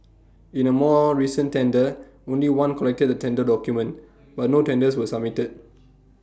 in A more recent tender only one collected the tender document but no tenders were submitted